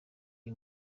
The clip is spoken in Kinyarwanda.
iyi